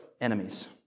enemies